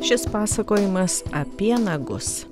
šis pasakojimas apie nagus